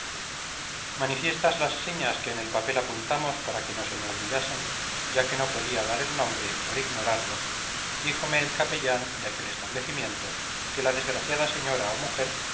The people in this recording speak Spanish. manifiestas las señas que en el papel apuntamos para que no se me olvidasen ya que no podía dar el nombre por ignorarlo díjome el capellán de aquel establecimiento que la desgraciada señora o mujer